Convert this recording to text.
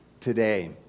today